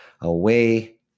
away